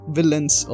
Villains